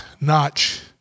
notch